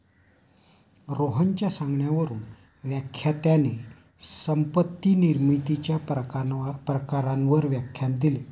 रोहनच्या सांगण्यावरून व्याख्यात्याने संपत्ती निर्मितीच्या प्रकारांवर व्याख्यान दिले